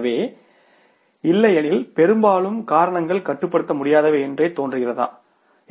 எனவே இல்லையெனில் பெரும்பாலும் காரணங்கள் கட்டுப்படுத்த முடியாதவை என்று தோன்றுகிறதா